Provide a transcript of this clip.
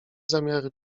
zamiary